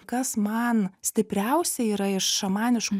kas man stipriausia yra šamaniškų